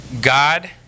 God